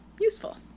useful